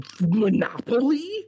Monopoly